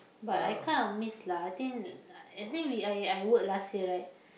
but I kind of miss lah I think I think we I I work last year right